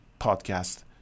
podcast